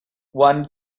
one